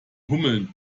hummeln